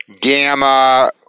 gamma